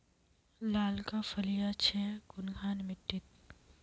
लालका फलिया छै कुनखान मिट्टी त?